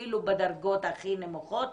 אפילו בדרגות הכי נמוכות,